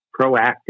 proactive